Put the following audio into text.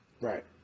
Right